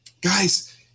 guys